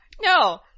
No